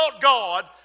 God